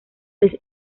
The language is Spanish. seis